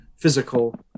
physical